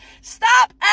Stop